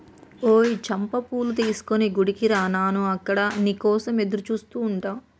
ఓయ్ చంపా పూలు తీసుకొని గుడికి రా నాను అక్కడ నీ కోసం ఎదురుచూస్తు ఉంటా